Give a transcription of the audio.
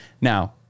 Now